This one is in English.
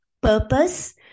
purpose